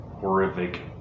horrific